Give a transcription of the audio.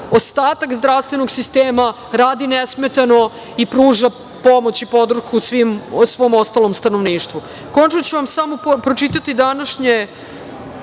ostatak zdravstvenog sistema radi nesmetano i pruža pomoć i podršku svom ostalom stanovništvu. Konačno ću vam samo pročitati današnje